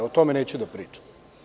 O tome neću da pričam.